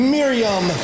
Miriam